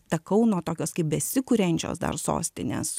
ta kauno tokios kaip besikuriančios dar sostinės